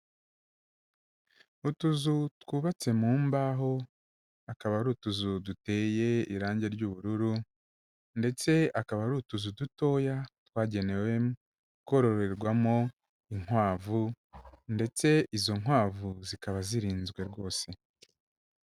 Utuzu twubatse mu mbaho, akaba ari utuzu duteye irangi ry'ubururu ndetse akaba ari utuzu dutoya twagenewe kororerwamo inkwavu ndetse izo nkwavu zikaba zirinzwe rwose.